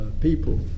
people